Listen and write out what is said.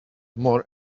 more